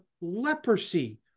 leprosy